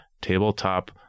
tabletop